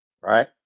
Right